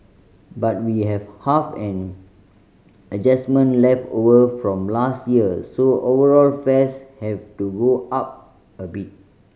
but we have half an adjustment left over from last year so overall fares have to go up a bit